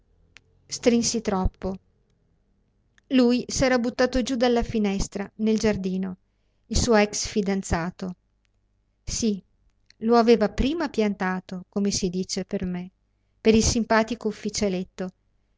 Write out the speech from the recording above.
strinsi troppo lui s'era buttato giù dalla finestra nel giardino il suo ex-fidanzato sì lo aveva prima piantato come si dice per me per il simpatico ufficialetto